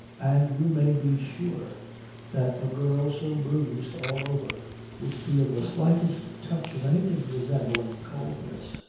and you may be sure that a girl so bruised all over would feel the slightest touch of anything resembling coldness.